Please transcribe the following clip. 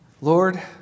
Lord